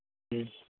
ꯎꯝ